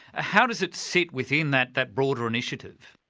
ah how does it sit within that that broader initiative?